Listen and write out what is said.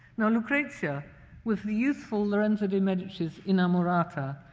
now, lucrezia was the youthful lorenzo de medici's inamorata,